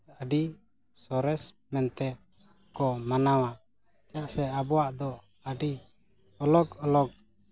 ᱟᱹᱰᱤ ᱥᱚᱨᱮᱥ ᱢᱮᱱᱛᱮ ᱠᱚ ᱢᱟᱱᱟᱣᱟ ᱪᱮᱫᱟᱜ ᱥᱮ ᱟᱵᱚᱣᱟᱜ ᱫᱚ ᱟᱹᱰᱤ ᱟᱞᱟᱜᱽ ᱟᱞᱟᱜᱽ